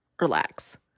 Relax